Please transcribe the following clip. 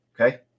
Okay